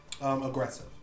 Aggressive